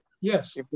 Yes